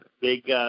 Big